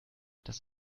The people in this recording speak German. das